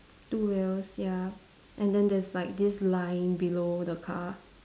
two wheels ya and then there's like this line below the car